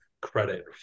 credit